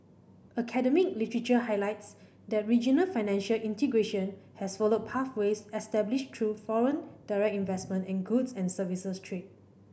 academic literature highlights that regional financial integration has followed pathways established through foreign direct investment and goods and services trade